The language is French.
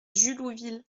jullouville